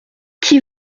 qui